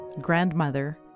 grandmother